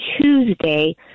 Tuesday